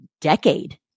decade